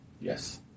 Yes